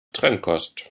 trennkost